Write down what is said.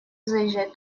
заезжать